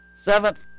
Seventh